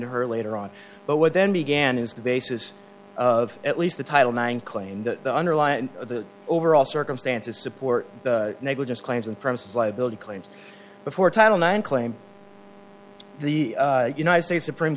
to her later on but what then began is the basis of at least the title nine claimed that the underlying the overall circumstances support negligence claims and promises liability claims before title nine claim the united states supreme